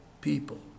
people